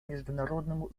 международным